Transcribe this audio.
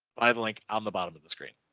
five link on the bottom of the screen.